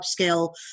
upscale